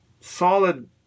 solid